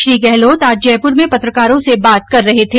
श्री गहलोत आज जयपूर में पत्रकारों से बात कर रहे थे